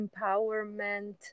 empowerment